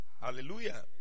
Hallelujah